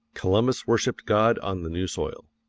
columbus worshiped god on the new soil.